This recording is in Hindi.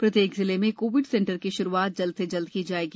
प्रत्येक जिले में कोविड सेंटर की शुरूआत जल्द से जल्द की जाएगी